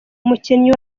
umukinnyi